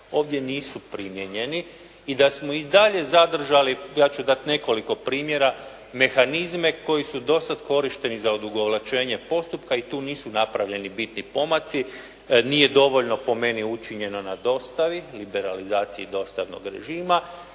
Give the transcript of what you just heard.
ovdje nisu primijenjeni i da smo i dalje zadržali, ja ću dati nekoliko primjera, mehanizme koji su do sada korišteni za odugovlačenje postupka i tu nisu napravljeni bitni pomaci, nije dovoljno po meni učinjeno na dostavi, liberalizaciji dostavnog režima,